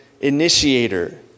initiator